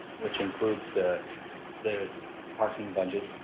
which includes the the parking budget,